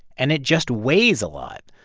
and it just weighs a lot.